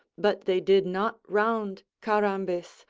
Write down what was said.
but they did not round carambis,